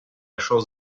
chance